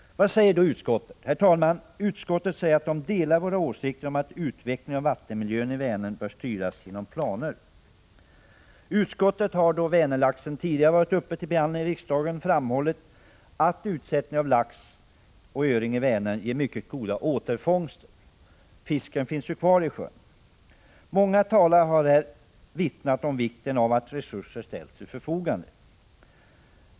Vad säger man då i utskottet? Utskottet skriver att man delar vår åsikt om att utvecklingen av vattenmiljön i Vänern bör styras genom planer. Utskottet har, då Vänerlaxen tidigare har varit uppe till behandling i riksdagen, framhållit att utsättning av lax och öring i Vänern ger mycket goda återfångster — fisken finns ju kvar i sjön. Många talare har här vittnat om vikten av att resurser ställs till förfogande.